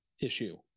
issue